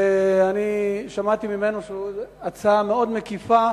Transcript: ואני שמעתי ממנו שזאת הצעה מאוד מקיפה,